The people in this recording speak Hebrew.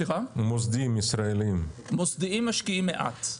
מוסדיים משקיעים מעט.